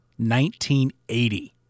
1980